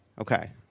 okay